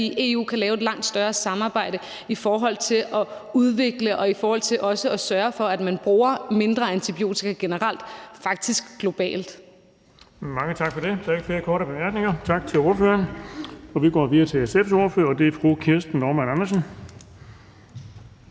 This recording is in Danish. vi i EU kan lave et langt større samarbejde i forhold til at udvikle og i forhold til også at sørge for, at man bruger mindre antibiotika generelt, faktisk globalt. Kl. 16:04 Den fg. formand (Erling Bonnesen): Mange tak for det. Der er ikke flere korte bemærkninger. Tak til ordføreren. Vi går videre til SF's ordfører, og det er fru Kirsten Normann Andersen.